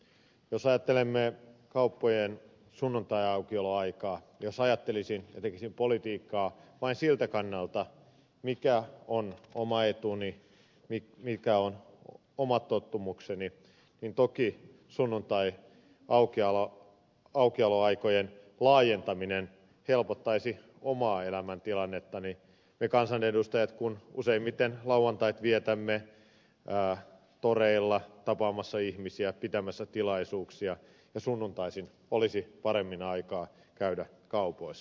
jos ajattelemme kauppojen sunnuntaiaukioloaikaa jos ajattelisin ja tekisin politiikkaa vain siltä kannalta mikä on oma etuni mitkä ovat omat tottumukseni niin toki sunnuntaiaukioloaikojen laajentaminen helpottaisi omaa elämäntilannettani me kansanedustajat kun useimmiten lauantait vietämme toreilla tapaamassa ihmisiä pitämässä tilaisuuksia ja sunnuntaisin olisi paremmin aikaa käydä kaupoissa